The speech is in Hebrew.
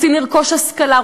רוצים לרכוש השכלה,